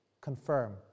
confirm